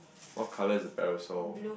what colour is the parasol